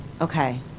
okay